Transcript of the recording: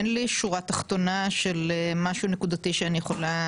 אין לי שורה תחתונה של משהו נקודתי שאני יכולה